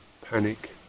panic